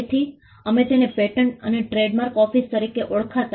તેથી અમે તેને પેટન્ટ અને ટ્રેડમાર્ક ઓફિસ તરીકે ઓળખાતા